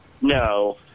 No